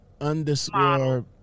underscore